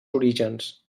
orígens